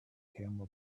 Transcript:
camel